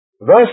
Verse